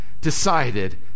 decided